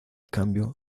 cambio